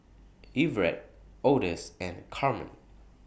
Everet Odus and Carmen